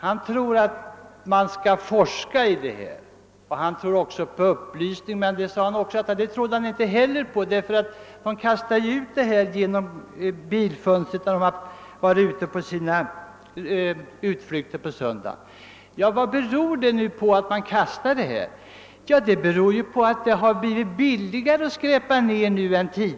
Han tror på forskning, och han tror på upplysning. Å andra sidan säger han att han inte tror på upplysning, eftersom människorna kastar ut det här skräpet genom bilfönstret under sina söndagsutflykter. Vad beror det då på att människorna gör så? Jo, det beror naturligtvis på att det nu blivit billigare att skräpa ner.